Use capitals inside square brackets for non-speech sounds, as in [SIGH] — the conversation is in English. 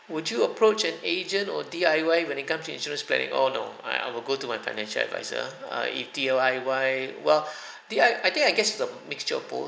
would you approach an agent or D_I_Y when it comes to insurance planning oh no I I will go to my financial advisor ah err if D_I_Y well [BREATH] D_I I think I guess the mixture of both